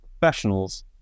professionals